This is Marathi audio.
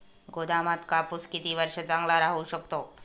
गोदामात कापूस किती वर्ष चांगला राहू शकतो?